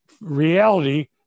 reality